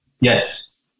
Yes